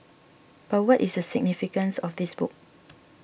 but what is the significance of this book